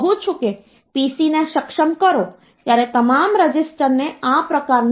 75 base વડે ભાગવાને બદલે આપણે બેઝ વડે ગુણાકાર કરીશું